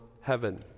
heaven